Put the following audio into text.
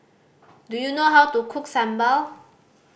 do you know how to cook sambal